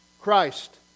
Christ